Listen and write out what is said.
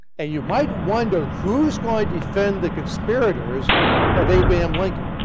and you might wonder who is going to defend the conspirators of abraham lincoln.